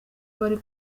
bari